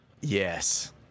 yes